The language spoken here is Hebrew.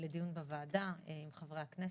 לדיון בוועדה עם חברי הכנסת,